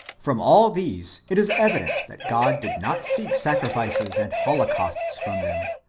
from all these it is evident that god did not seek sacrifices and holocausts from them,